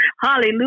Hallelujah